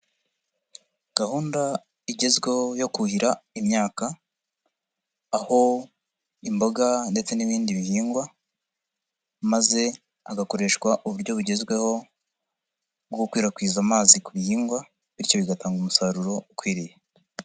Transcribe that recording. Gahunda igezweho yo kuhira imyaka, aho imboga ndetse n'ibindi bihingwa, maze hagakoreshwa uburyo bugezweho bwo gukwirakwiza amazi ku bihingwa, bityo bigatanga umusaruro ukwiriye.